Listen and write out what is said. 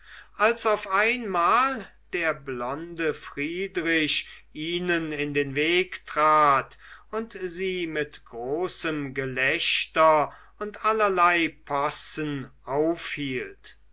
als auf einmal der blonde friedrich ihnen in den weg trat und sie mit großem gelächter und allerlei possen aufhielt